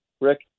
Rick